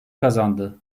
kazandı